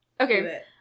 Okay